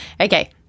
okay